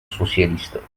socialiste